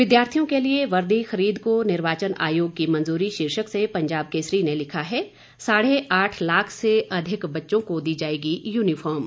विद्यार्थियों के लिए वर्दी खरीद को निर्वाचन आयोग की मंजूरी शीर्षक से पंजाब केसरी ने लिखा है साढ़े आठ लाख से अधिक बच्चों को दी जाएगी यूनिफॉर्म